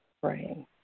praying